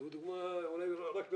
זאת דוגמה שקיימת רק ברהט.